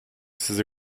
sizi